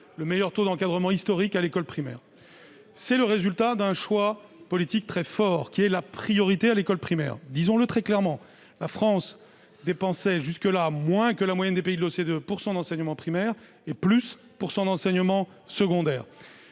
le meilleur taux d'encadrement à l'école primaire. C'est le résultat d'un choix politique très fort : la priorité donnée à l'école primaire. Disons-le très clairement, la France dépensait jusqu'à maintenant moins que la moyenne des pays de l'OCDE pour son enseignement primaire et davantage pour son enseignement secondaire.